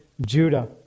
Judah